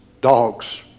dogs